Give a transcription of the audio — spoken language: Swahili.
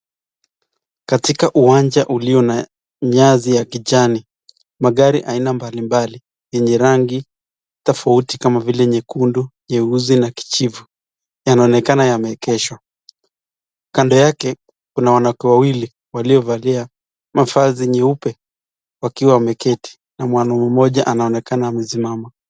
Katika uwanja ulio na nyasi ya kijani kuna gari aina tofauti yenye rangi aina mbali mbali kama vile nyekundu, nyeusi na kijivu. Yanaonekana yameegeshwa, kando yake kuna wanawake wawili walio valia mavazi nyeupe wakiwa wameketi na mwanaume mmoja anaonekana amesimama.